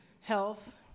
health